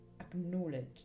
acknowledge